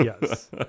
Yes